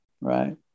right